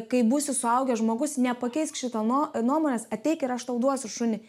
kai būsi suaugęs žmogus nepakeisk šitą nuo nuomonės ateik ir aš tau duosiu šunį